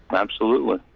but absolutely,